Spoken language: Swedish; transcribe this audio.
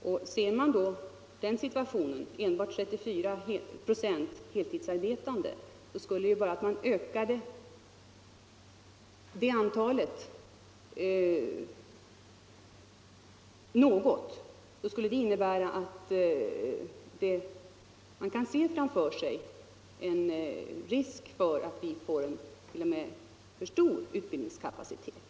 Mot bakgrund av att enbart 34 procent är heltidsarbetande, skulle en ökning 137 av den procentsatsen t.o.m. kunna innebära en risk för att utbildningskapaciteten kan komma att vara för stor.